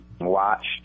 watched